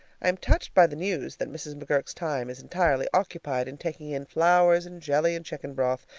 i am touched by the news that mrs. mcgurk's time is entirely occupied in taking in flowers and jelly and chicken broth,